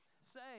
say